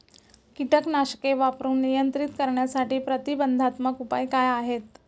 कीटकनाशके वापरून नियंत्रित करण्यासाठी प्रतिबंधात्मक उपाय काय आहेत?